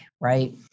right